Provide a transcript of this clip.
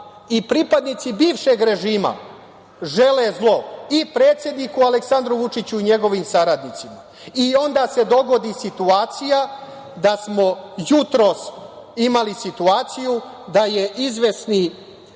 i pripadnici bivšeg režima žele zlo i predsedniku Aleksandru Vučiću i njegovim saradnicima. Onda se dogodi situacija da smo jutros imali situaciju da je izvesni